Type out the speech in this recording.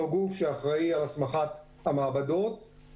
כבר היום לפי המצב המשפטי אנחנו יכולים להיעזר בהם.